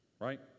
right